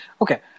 Okay